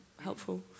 helpful